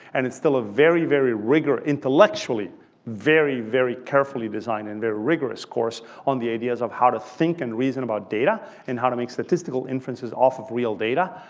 and it's still a very, very rigorous intellectually very, very carefully designed and they're rigorous course on the ideas of how to think and reason about data and how to make statistical inferences off of real data.